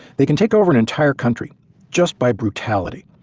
they can take over an entire country just by brutality.